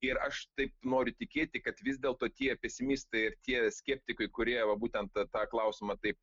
ir aš taip noriu tikėti kad vis dėlto tie pesimistai ir tie skeptikai kurie būtent tą klausimą taip